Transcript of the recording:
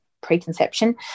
preconception